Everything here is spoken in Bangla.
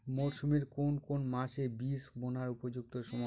মরসুমের কোন কোন মাস বীজ বোনার উপযুক্ত সময়?